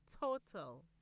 total